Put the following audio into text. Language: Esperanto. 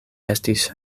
estis